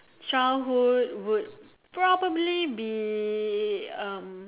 childhood would probably be um